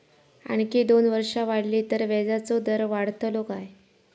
आणखी दोन वर्षा वाढली तर व्याजाचो दर वाढतलो काय?